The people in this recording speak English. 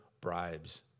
bribes